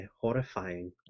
horrifying